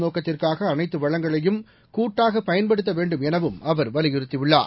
நோக்கத்திற்காக அனைத்து வளங்களையும் கூட்டாக பயன்படுத்த வேண்டுமெனவும் அவர் வலியுறுத்தியுள்ளார்